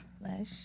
Flesh